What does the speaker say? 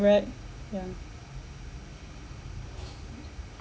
correct yeah